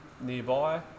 nearby